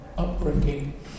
upbringing